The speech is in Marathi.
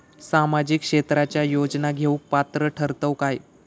सामाजिक क्षेत्राच्या योजना घेवुक पात्र ठरतव काय?